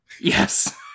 Yes